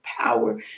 power